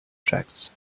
tracts